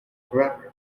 forever